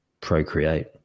procreate